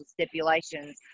stipulations